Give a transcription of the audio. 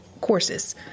courses